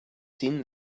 seen